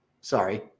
Sorry